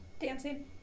Dancing